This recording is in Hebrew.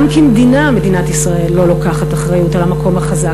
גם כמדינה מדינת ישראל לא לוקחת אחריות על המקום החזק